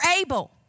able